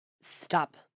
Stop